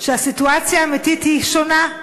שהסיטואציה האמיתית היא שונה.